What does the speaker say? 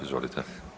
Izvolite.